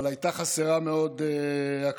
אבל הייתה חסרה מאוד הקשבה.